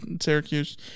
Syracuse